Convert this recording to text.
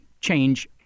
change